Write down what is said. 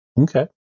Okay